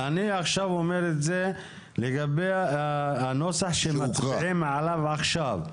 אני אומר את זה לגבי הנוסח שמצביעים עליו עכשיו,